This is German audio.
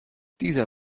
dieser